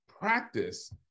practice